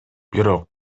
бирок